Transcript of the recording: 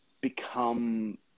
become